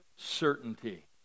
certainty